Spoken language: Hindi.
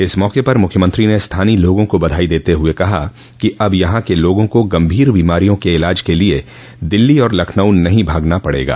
इस मौके पर मुख्यमंत्री ने स्थानीय लोगों को बधाई देते हुए कहा कि अब यहां के लोगों को गंभीर बीमारियों के इलाज के लिए दिल्ली और लखनऊ नहीं भागना पड़ेगा